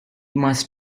must